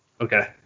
Okay